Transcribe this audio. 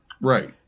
Right